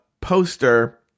poster